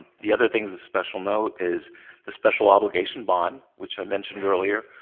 the other things of special note is the special obligation bond, which i mentioned earlier,